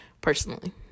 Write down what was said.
personally